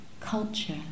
culture